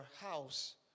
house